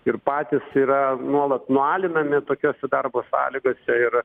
ir patys yra nuolat nualinami tokiose darbo sąlygose ir